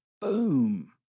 boom